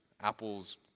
apples